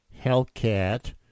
Hellcat